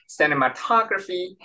cinematography